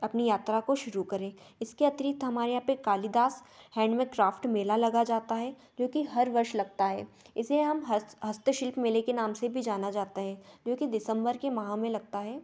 अपनी यात्रा को शुरू करें इसके अतिरिक्त हमारे यहाँ पर कालिदास हैंडमेक क्राफ़्ट मेला लगा जाता है जो कि हर वर्ष लगता है इसे हम हस्तशिल्प मेले के नाम से भी जाना ज़ाता हे जो कि दिसम्बर के माह में लगता है